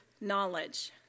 knowledge